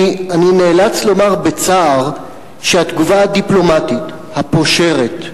אני נאלץ לומר בצער שהתגובה הדיפלומטית, הפושרת,